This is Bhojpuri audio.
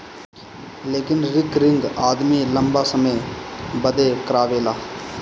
लेकिन रिकरिंग आदमी लंबा समय बदे करावेला